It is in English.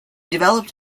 developed